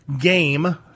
game